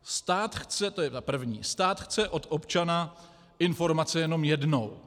Stát chce to je ta první od občana informace jenom jednou.